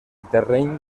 terreny